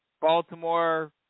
Baltimore